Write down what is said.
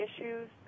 issues